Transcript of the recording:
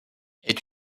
est